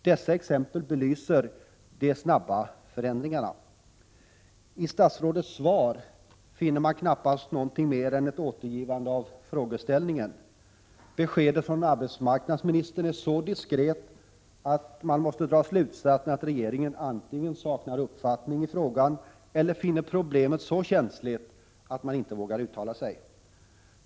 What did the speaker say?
Dessa exempel belyser de snabba förändringarna. I statsrådets svar finner man knappast något mer än ett återgivande av frågeställningen. Beskedet från arbetsmarknadsministern är så diskret att man drar slutsatsen att regeringen antingen saknar uppfattning i frågan eller finner problemet så känsligt att man inte vågar uttala sig.